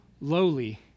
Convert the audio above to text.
lowly